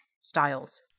styles